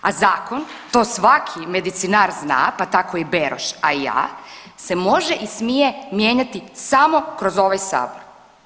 A zakon to svaki medicinar zna, pa tako i Beroš, a i ja se može i smije mijenjati samo kroz ovaj sabor.